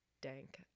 dank